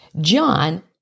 John